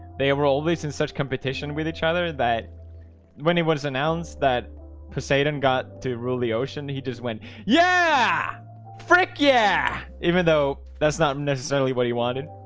they were always in such competition with each other that when he was announced that poseidon got to rule the ocean. he just went yeah frick yeah, even though that's not necessarily what he wanted